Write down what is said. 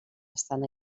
estan